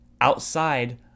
outside